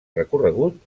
recorregut